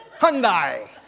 Hyundai